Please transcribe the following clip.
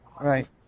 Right